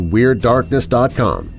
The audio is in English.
WeirdDarkness.com